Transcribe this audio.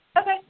Okay